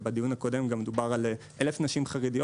בדיון הקודם גם דובר על 1,000 נשים חרדיות